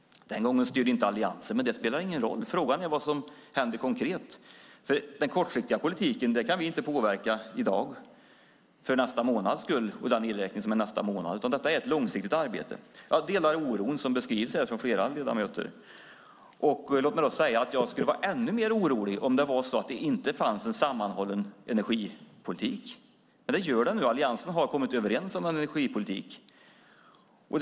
Den gången styrde inte Alliansen, men det spelar ingen roll. Frågan är vad som hände konkret. Den kortsiktiga politiken kan vi inte påverka i dag så att den ger effekt på den elräkning som kommer nästa månad, utan det är fråga om ett långsiktigt arbete. Jag delar den oro som flera ledamöter ger uttryck för. Låt mig säga att jag skulle vara ännu mer orolig om det inte fanns en sammanhållen energipolitik. Nu finns dock en sådan. Alliansen har kommit överens om energipolitiken.